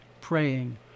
praying